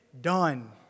done